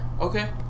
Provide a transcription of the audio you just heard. Okay